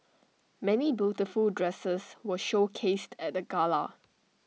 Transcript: many beautiful dresses were showcased at the gala